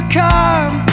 come